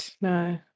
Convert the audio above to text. No